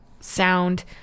sound